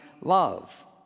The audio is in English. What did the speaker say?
love